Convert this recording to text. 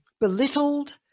belittled